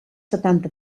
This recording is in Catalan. setanta